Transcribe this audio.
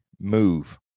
move